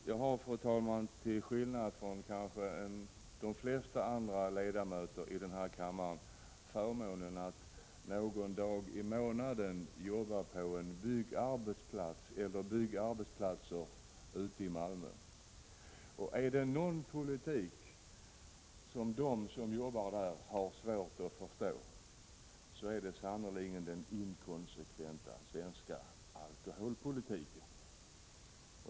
Jag har, fru talman, kanske till skillnad från de flesta andra ledamöter i denna kammare, förmånen att någon dag i månaden jobba på en byggarbetsplats i Malmö. Är det någon politik som de som jobbar där har svårt att förstå så är det sannerligen den inkonsekventa svenska alkoholpolitiken.